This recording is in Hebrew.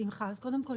קודם כול,